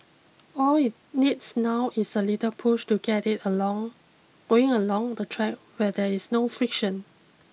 all it needs now is a little push to get it along going along the track where there is no friction